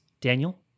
Daniel